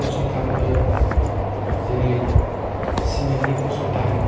फसंथानफोर जेरै सिमेन्टनि फसंथान